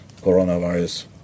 coronavirus